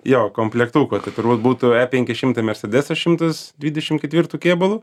jo komplektuko tai turbūt būtų penki šimtai mersedesas šimtas dvidešim ketvirtu kėbulu